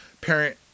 Parent